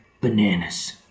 Bananas